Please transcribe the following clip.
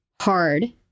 hard